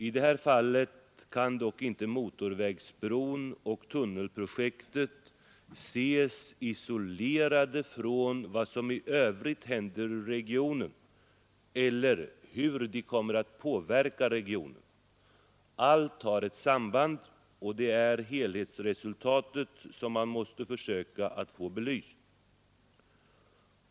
I det här fallet kan dock inte motorvägsbron och tunnelprojektet ses isolerade från vad som i övrigt händer i regionen, och man kan inte heller bortse från hur de kommer att påverka regionen. Allt har ett samband, och det är helhetsresultatet som man måste försöka få belyst.